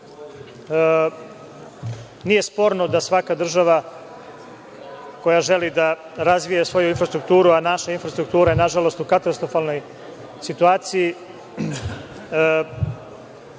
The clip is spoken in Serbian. sporno da svaka država koja želi da razvija svoju infrastrukturu, a naša infrastruktura je nažalost u katastrofalnoj situaciji,